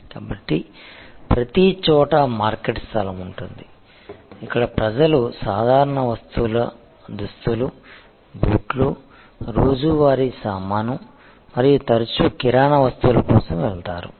కాబట్టి ప్రతిచోటా మార్కెట్ స్థలం ఉంటుంది ఇక్కడ ప్రజలు సాధారణ వస్తువుల దుస్తులు బూట్లు రోజువారీ సామాను మరియు తరచూ కిరాణా వస్తువుల కోసం వెళతారు